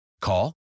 Call